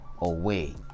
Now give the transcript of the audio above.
away